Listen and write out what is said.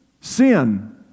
Sin